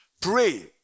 Pray